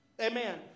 Amen